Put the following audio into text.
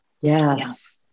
yes